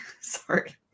Sorry